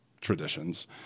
traditions